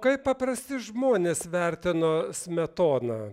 kaip paprasti žmonės vertino smetoną